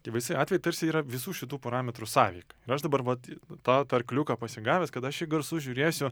tai visi atvejai tarsi yra visų šitų parametrų sąveika ir aš dabar vat tą tą arkliuką pasigavęs kada aš į garsus žiūrėsiu